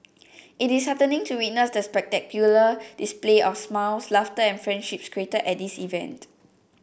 it is heartening to witness the spectacular display of smiles laughter and friendships created at this event